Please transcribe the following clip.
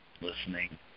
listening